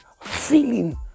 feeling